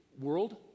world